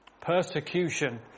persecution